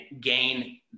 gain